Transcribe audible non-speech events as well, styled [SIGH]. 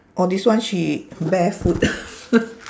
orh this one she barefoot [LAUGHS]